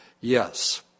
yes